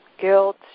guilt